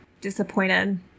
Disappointed